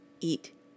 eat